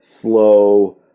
slow